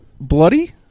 bloody